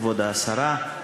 כבוד השרה,